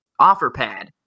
Offerpad